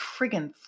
friggin